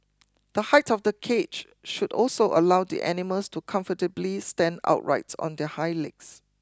the height of the cage should also allow the animals to comfortably stand upright on their hind legs